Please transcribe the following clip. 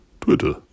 Twitter